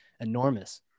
enormous